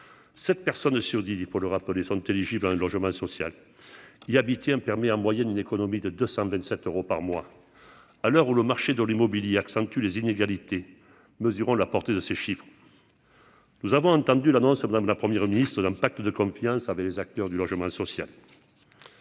7 personnes sur 10, il faut le rappeler sans doute éligibles à un logement social y habiter un permis en moyenne une économie de 227 euros par mois à l'heure où le marché de l'immobilier accentue les inégalités mesurons la portée de ces chiffres, nous avons entendu l'annonce à madame la première ministre d'un pacte de confiance avec les acteurs du logement social.